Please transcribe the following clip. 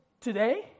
today